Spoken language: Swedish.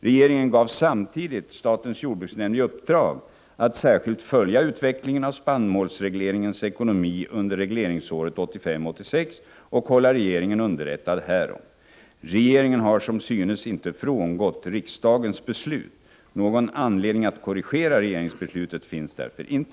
Regeringen gav samtidigt statens jordbruksnämnd i uppdrag att särskilt följa utvecklingen av spannmålsregleringens ekonomi under regleringsåret 1985/86 och hålla regeringen underrättad härom. Regeringen har som synes inte frångått riksdagens beslut. Någon anledning att korrigera regeringsbeslutet finns därför inte.